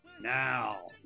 Now